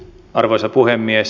arvoisa puhemies